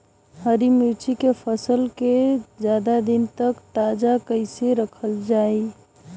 हरि मिर्च के फसल के ज्यादा दिन तक ताजा कइसे रखल जाई?